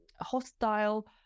hostile